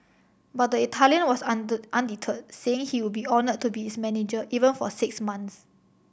but the Italian was undeterred saying he would be honoured to be its manager even for six months